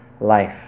life